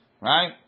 Right